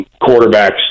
quarterbacks